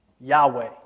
Yahweh